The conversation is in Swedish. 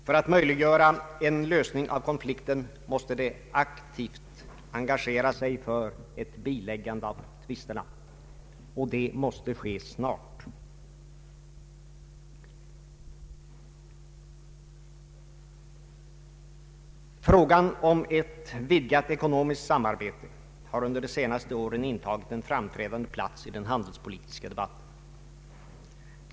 För att möjliggöra en lösning av konflikten måste de aktivt engagera sig för ett biläggande av tvisterna. Detta måste ske snart. Frågan om ett vidgat ekonomiskt samarbete har under de senaste åren intagit en framträdande plats i den handelspolitiska debatten.